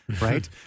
right